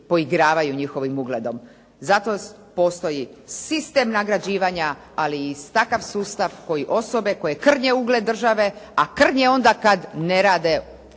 poigravaju njihovim ugledom. Zato postoji sistem nagrađivanja, ali i takav sustav koji osobe koje krnje ugled države, a krnje onda kad ne rade onako